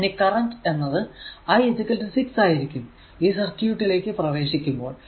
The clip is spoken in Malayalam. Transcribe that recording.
ഇനി കറന്റ് എന്നത് I 6 ആയിരിക്കും ഈ സർക്യൂട് ലേക്ക് പ്രവേശിക്കുമ്പോൾ